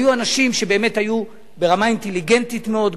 היו אנשים שבאמת היו ברמה אינטליגנטית מאוד גבוהה.